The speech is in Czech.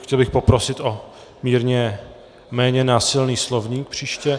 Chtěl bych poprosit o méně násilný slovník příště.